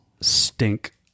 stink